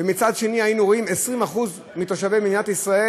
ומצד שני היינו רואים ש-20% מתושבי מדינת ישראל